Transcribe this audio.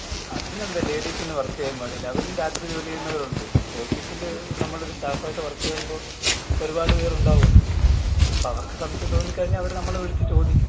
ആ അതിനെന്താ ലേഡീസിന് വർക്ക് ചെയ്യാൻ പാടില്ലേ അവരും രാത്രി ജോലി ചെയ്യുന്നവരുണ്ട് ഓഫീസില് നമ്മൾ ഒരു സ്റ്റാഫ് ആയിട്ട് വർക്ക് ചെയ്യുമ്പോൾ ഒരുപാട് പേർ ഉണ്ടാവുമല്ലോ അപ്പോൾ അവർക്ക് സംശയം തോന്നി കഴിഞ്ഞാൽ അവർ നമ്മളെ വിളിച്ച് ചോദിക്കും